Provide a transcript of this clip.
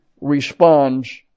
responds